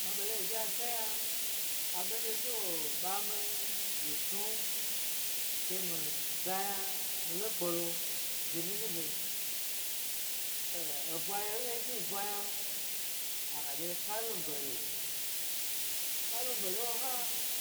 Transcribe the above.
Ma ɓe lo yi ɓyanke yna aɓe nɗye zhi wo ɓa mi ke mi snu ke mi da yna mi lo kpe lo zhi nini se, eɓwa yio nɗye yi ɓe zhi yi bwa yna asua dye kalu bere, kalu ɓere nɗye hna